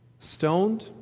stoned